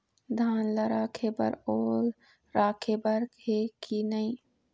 धान ला रखे बर ओल राखे बर हे कि नई?